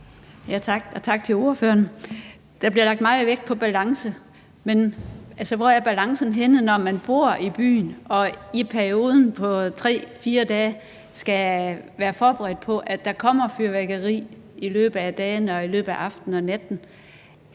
tak til ordføreren. Der bliver lagt meget vægt på balance, men altså, hvor er balancen henne, når man bor i byen og i en periode på 3-4 dage skal være forberedt på, at der kommer fyrværkeri i løbet af dagene og i løbet af aftenerne og nætterne?